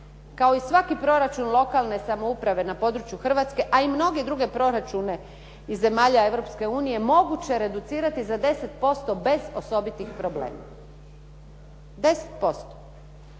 kao i svaki proračun lokalne samouprave na području Hrvatske a i mnoge druge proračune iz zemalja Europske unije moguće je reducirati za 10% bez osobitih problema, 10%.